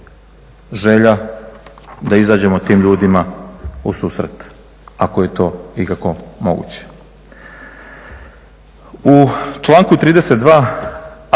da izađemo tim ljudima u susret, ako je to ikako moguće. U članku 32.,